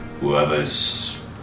Whoever's